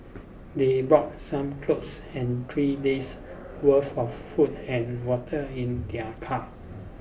they brought some clothes and three days' worth of food and water in their car